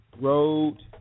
Road